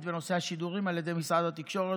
בנושא השידורים על ידי משרד התקשורת,